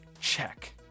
Check